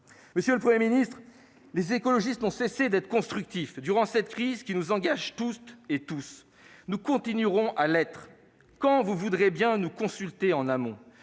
Monsieur le Premier ministre, les écologistes n'ont cessé d'être constructifs durant cette crise qui nous engage toutes et tous. Nous continuerons à l'être, quand vous voudrez bien nous consulter en amont.